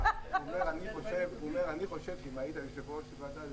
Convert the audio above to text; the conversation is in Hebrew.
הוא אומר אני חושב שאם היית יושב ראש ועדה,